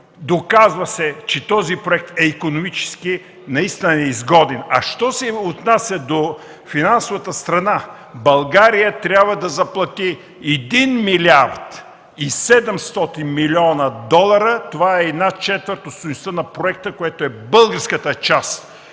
доказва се, че този проект е икономически неизгоден. Що се отнася до финансовата страна, България трябва да заплати 1 млрд. 700 млн. долара – това е една четвърт от стойността на проекта, която е българската част.